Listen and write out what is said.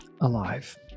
alive